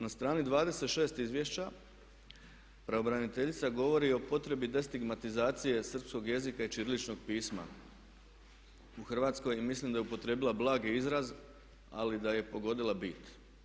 Na strani 26 Izvješća pravobraniteljica govori o provedbi destigmatizacije srpskog jezika i ćiriličnog pisma u Hrvatskoj i mislim da je upotrijebila blagi izraz ali da je pogodila bit.